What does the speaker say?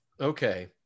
Okay